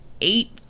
eight